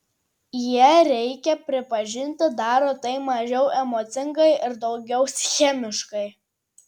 jie reikia pripažinti daro tai mažiau emocingai ir daugiau schemiškai